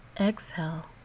exhale